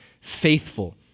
faithful